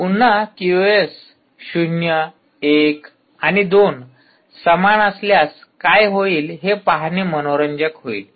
पुन्हा क्यूओस शून्य एक आणि दोन समान असल्यास काय होईल हे पाहणे मनोरंजक होईल